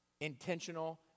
intentional